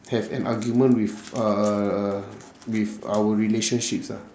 have an argument with uh with our relationships ah